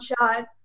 shot